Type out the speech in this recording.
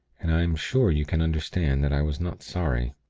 and i am sure you can understand that i was not sorry.